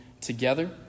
together